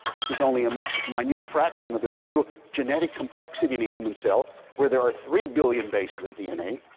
this is only um a minute fraction of the total genetic complexity in a human cell where there are three billion bases of dna.